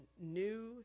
new